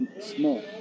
Small